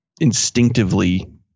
instinctively